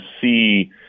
see